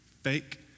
fake